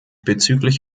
bezüglich